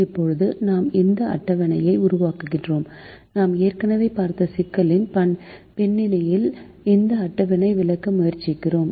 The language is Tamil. இப்போது நாம் இந்த அட்டவணையை உருவாக்குகிறோம் நாம் ஏற்கனவே பார்த்த சிக்கலின் பின்னணியில் இந்த அட்டவணையை விளக்க முயற்சிக்கிறோம்